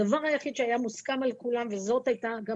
הדבר היחיד שהיה מוסכם על כולם, וזאת הייתה גם